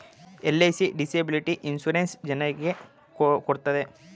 LIC disability insurance ಜನರಿಗೆ ಕೊಡ್ತಿದೆ